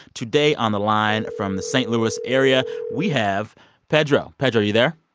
today on the line from the st. louis area, we have pedro. pedro, you there?